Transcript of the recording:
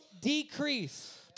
decrease